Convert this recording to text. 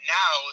now